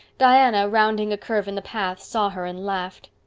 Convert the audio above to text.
diana, rounding a curve in the path, saw her and laughed.